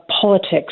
politics